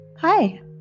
Hi